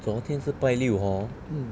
昨天是拜六 hor